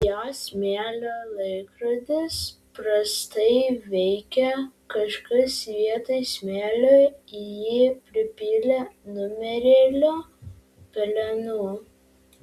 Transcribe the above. jos smėlio laikrodis prastai veikia kažkas vietoj smėlio į jį pripylė numirėlio pelenų